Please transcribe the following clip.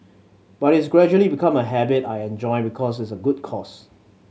but it's gradually become a habit I enjoy because it's a good cause